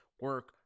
Work